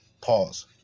pause